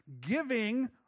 giving